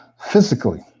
physically